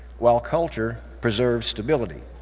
while culture preserves stability.